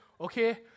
okay